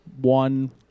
one